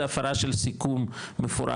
זה הפרה של סיכום מפורש,